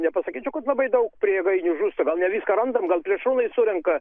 nepasakyčiau kad labai daug prie jėgainių žūsta gal ne viską randam gal plėšrūnai surenka